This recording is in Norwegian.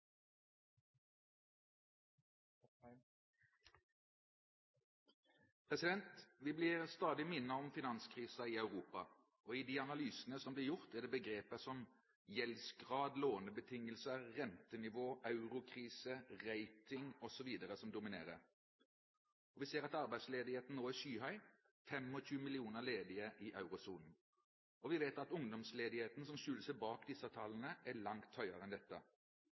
nytt. Vi blir stadig minnet om finanskrisen i Europa. I de analysene som blir gjort, er det begreper som «gjeldsgrad», «lånebetingelser», «rentenivå», «eurokrise», «rating» osv. som dominerer. Vi ser at arbeidsledigheten nå er skyhøy. Det er 25 millioner ledige i eurosonen, og vi vet at ungdomsledigheten som skjuler seg bak disse tallene, er langt høyere enn dette.